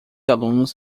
alunos